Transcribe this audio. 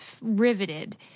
riveted